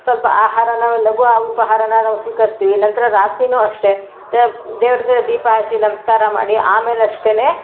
ಸಲ್ಪ ಆಹಾರನ ಲಘು ಉಪಹಾರನ ನಾವು ಸ್ವೀಕರಿಸ್ತೀವಿ ನಂತರ ರಾತ್ರಿಯೂ ಅಷ್ಟೆ ದೇವ್ರಿಗೆ ದೀಪ ಹಚ್ಚಿ ನಮಸ್ಕಾರ ಮಾಡಿ ಆಮೇಲೆ ಅಷ್ಟೇ